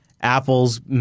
Apple's